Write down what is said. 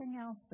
else